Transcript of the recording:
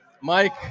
Mike